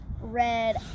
red